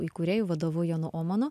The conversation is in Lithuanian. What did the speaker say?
įkūrėju vadovu jonu ohmanu